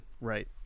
right